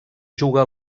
juga